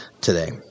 today